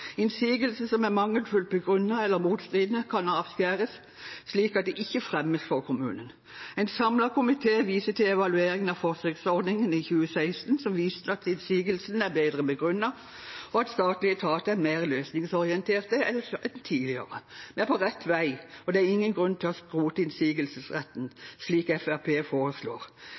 Innsigelser som er mangelfullt begrunnet eller motstridende, kan avskjæres, slik at de ikke fremmes for kommunen. En samlet komité viser til evalueringen av forsøksordningen i 2016, som viste at innsigelsene er bedre begrunnet og statlige etater mer løsningsorienterte enn tidligere. Vi er på rett vei, og det er ingen grunn til å skrote innsigelsesretten, slik Fremskrittspartiet foreslår.